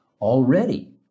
Already